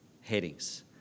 headings